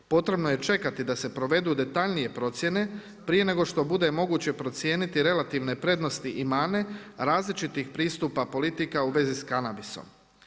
Potrebno je čekati da se provedu detaljnije procjene prije nego što bude moguće procijeniti relativne prednosti i mane različitih pristupa politika u vezi s kanabisom.